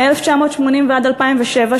מ-1980 עד 2007,